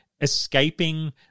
escaping